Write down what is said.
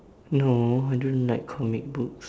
no I don't like comic books